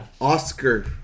Oscar